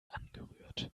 angerührt